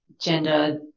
gender